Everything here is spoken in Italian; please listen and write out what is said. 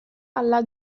alla